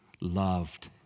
loved